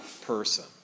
person